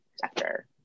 sector